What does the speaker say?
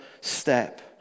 step